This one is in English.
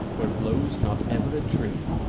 where blows not ever a tree,